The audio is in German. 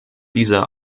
dieser